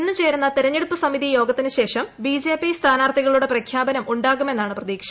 ഇന്ന് ചേരുന്ന തെരഞ്ഞെടുപ്പ് സമിതി യോഗത്തിന് ശേഷം ബിജെപി സ്ഥാനാർത്ഥികളുടെ പ്രഖ്യാപനം ഉണ്ടാകുമെന്നാണ് പ്രതീക്ഷ